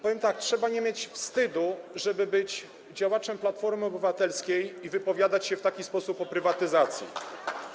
Powiem tak: trzeba nie mieć wstydu, żeby być działaczem Platformy Obywatelskiej i wypowiadać się w taki sposób o prywatyzacji.